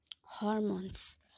hormones